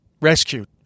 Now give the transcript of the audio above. rescued